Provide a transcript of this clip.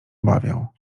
obawiał